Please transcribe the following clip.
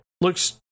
looks